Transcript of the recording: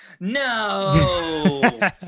No